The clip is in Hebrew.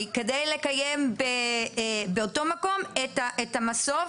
מקרקעי ישראל כדי לקיים באותו מקום את המסוף,